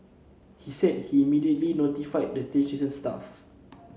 he said he immediately notified the station staff